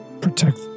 protect